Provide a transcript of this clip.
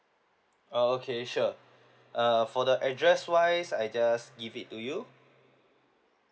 oh okay sure err for the address wise I just give it to you